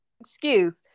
Excuse